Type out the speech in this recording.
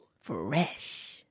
Fresh